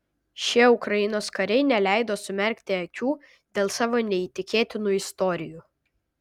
šie ukrainos kariai neleido sumerkti akių dėl savo neįtikėtinų istorijų